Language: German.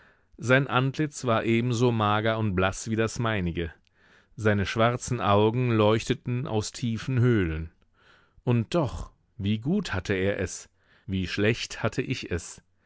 sein antlitz war ebenso mager und blaß wie das meinige seine schwarzen augen leuchteten aus tiefen höhlen und doch wie gut hatte er es wie schlecht hatte ich es